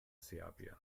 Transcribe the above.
serbien